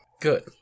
Good